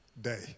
day